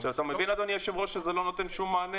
אתה מבין אדוני היו"ר שזה לא נותן שום מענה